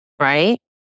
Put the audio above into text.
right